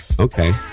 Okay